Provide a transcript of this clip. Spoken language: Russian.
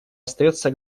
остается